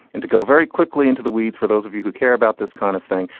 and to go very quickly into the weeds for those of you who care about this kind of thing.